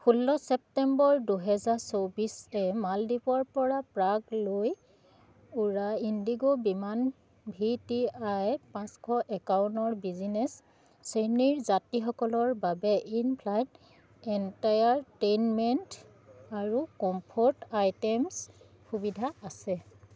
ষোল্ল ছেপ্টেম্বৰ দুহেজাৰ চৌবিছ এ মালদ্বীপৰ পৰা প্ৰাগলৈ উৰা ইণ্ডিগো বিমান ভি টি আই পাঁচশ একাৱন্নৰ বিজিনেছ শ্ৰেণীৰ যাত্ৰীসকলৰ বাবে ইন ফ্লাইট এণ্টাৰটেইনমেণ্ট আৰু কমফৰ্ট আইটেমছ সুবিধা আছে